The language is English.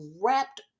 wrapped